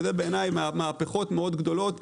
וזה בעיניי מהפכות גדולות מאוד,